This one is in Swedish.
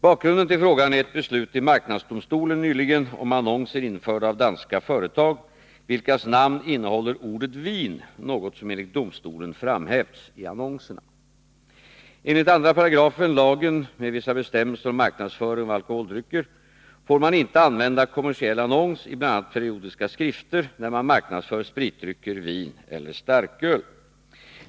Bakgrunden till frågan är ett beslut i marknadsdomstolen nyligen om annonser införda av danska företag, vilkas namn innehåller ordet vin, något som enligt domstolen framhävts i annonserna. Enligt 2 § lagen med vissa bestämmelser om marknadsföring av alkoholdrycker får man inte använda kommersiell annons i bl.a. periodiska skrifter när man marknadsför spritdrycker, vin eller starköl.